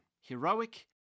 heroic